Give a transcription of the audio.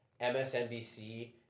MSNBC